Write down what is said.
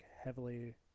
heavily